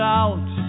out